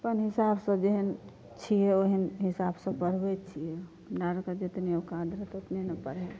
अपन हिसाबसँ जेहन छियै ओहन हिसाबसँ पढ़बैत छियै हमरा आरके जेतने ओकाद रहतै ओतने ने पढ़ेबै